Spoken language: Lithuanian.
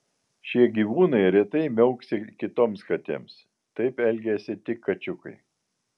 šie gyvūnai retai miauksi kitoms katėms taip elgiasi tik kačiukai